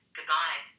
Goodbye